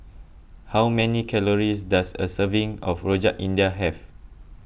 how many calories does a serving of Rojak India have